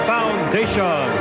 Foundation